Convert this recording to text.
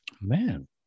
Man